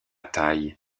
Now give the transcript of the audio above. taille